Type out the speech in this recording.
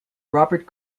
robert